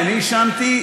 אני עישנתי,